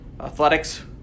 Athletics